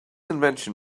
invention